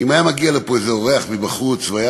אם היה מגיע לכאן אורח מבחוץ והיה